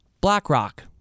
BlackRock